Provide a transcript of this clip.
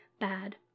bad